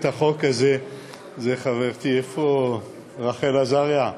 הצעת החוק הזאת זאת חברתי רחל עזריה,